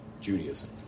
Judaism